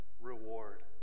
reward